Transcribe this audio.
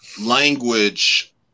language